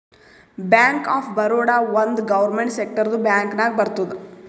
bank of Baroda ಒಂದ್ government ಸೆಕ್ಟರ್ದು bank ನಾಗ್ ಬರ್ತುದ್